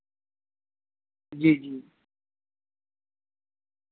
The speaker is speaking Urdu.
جی جی